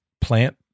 plant